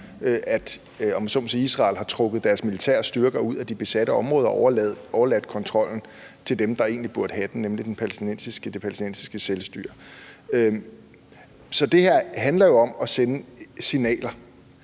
så må sige, Israel har trukket deres militære styrker ud af de besatte områder og overladt kontrollen til dem, der egentlig burde have den, nemlig det palæstinensiske selvstyre. Så det her handler jo om at sende signaler,